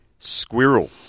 squirrel